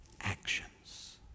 actions